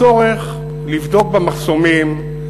הצורך לבדוק במחסומים,